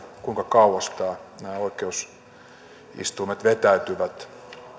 kuinka kauas nämä oikeusistuimet vetäytyvät